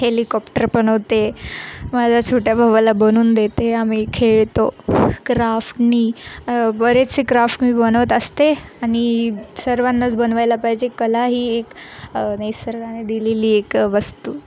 helicopter बनवते माझ्या छोट्या भावाला बनवून देते आम्ही खेळतो क्राफ्टनी बरेचसे क्राफ्ट मी बनवत असते आणि सर्वांनाच बनवायला पाहिजे कला ही एक निसर्गाने दिलेली एक वस्तू